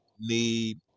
need